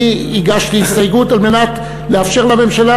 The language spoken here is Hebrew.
אני הגשתי הסתייגות על מנת לאפשר לממשלה